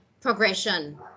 progression